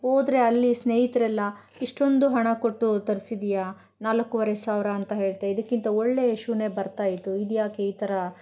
ಹೋದ್ರೆ ಅಲ್ಲಿ ಸ್ನೇಹಿತ್ರೆಲ್ಲ ಇಷ್ಟೊಂದು ಹಣ ಕೊಟ್ಟು ತರ್ಸಿದೀಯ ನಾಲ್ಕುವರೆ ಸಾವಿರ ಅಂತ ಹೇಳ್ತೆ ಇದಕ್ಕಿಂತ ಒಳ್ಳೆಯ ಶೂನೇ ಬರ್ತಾಯಿತ್ತು ಇದ್ಯಾಕೆ ಈ ಥರ